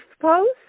post